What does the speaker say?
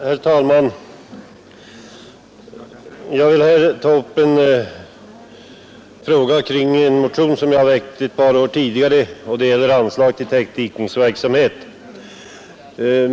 Herr talman! Jag vill här ta upp en fråga som jag har aktualiserat i motioner väckta under några tidigare riksdagar och som gäller anslag till täckdikningsverksamhet.